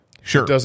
Sure